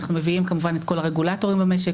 כמובן שאנחנו מביאים את כל הרגולטורים במשק